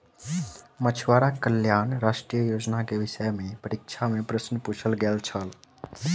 मछुआरा कल्याण राष्ट्रीय योजना के विषय में परीक्षा में प्रश्न पुछल गेल छल